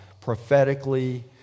Prophetically